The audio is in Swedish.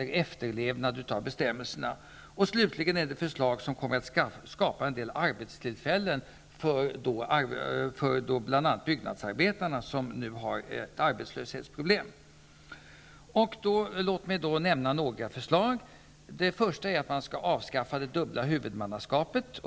efterlevnad av bestämmelserna. Det är slutligen förslag som kommer att skapa en del arbetstillfällen för bl.a. byggnadsarbetare. De har ju problem med arbetslöshet nu. Låt mig då nämna några förslag. Det första är att man skall avskaffa det dubbla huvudmannaskapet.